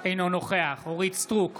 אינו נוכח אורית מלכה סטרוק,